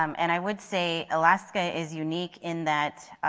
um and i would say alaska is unique in that